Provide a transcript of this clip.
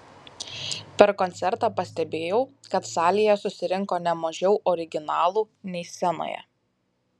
per koncertą pastebėjau kad salėje susirinko ne mažiau originalų nei scenoje